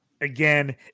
again